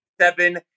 seven